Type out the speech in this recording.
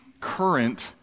current